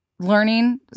Learning